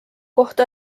kohta